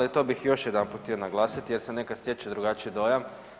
To bih još jedanput htio naglasit jer se nekad stječe drugačiji dojam.